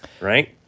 right